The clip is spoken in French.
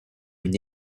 une